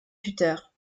tuteur